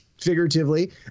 figuratively